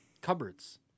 cupboards